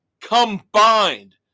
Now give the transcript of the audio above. combined